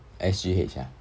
S_G_H ah